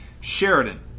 Sheridan